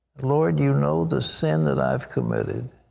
lord, you know the sin that i've committed.